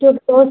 तुरपोज